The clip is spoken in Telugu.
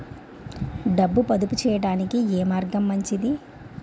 డబ్బు పొదుపు చేయటానికి ఏ మార్గం మంచిది?